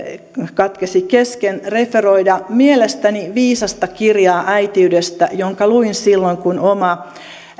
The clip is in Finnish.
katkesi kesken mielestäni viisasta kirjaa äitiydestä jonka luin silloin kun oma